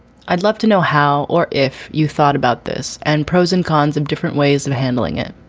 i'd love to know how or if you thought about this and pros and cons of different ways of handling it.